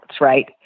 right